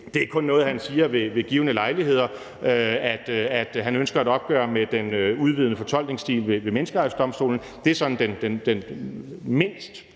Det er kun noget, han siger ved givne lejligheder: at han ønsker et opgør med den udvidende fortolkningsstil ved Menneskerettighedsdomstolen. Det er sådan den mindste